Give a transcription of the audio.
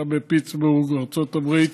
שהיה בפיטסבורג, ארצות הברית,